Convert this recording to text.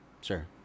Sure